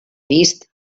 vist